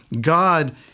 God